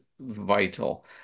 vital